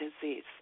disease